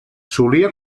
solia